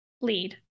lead